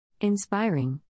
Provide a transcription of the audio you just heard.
Inspiring